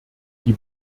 die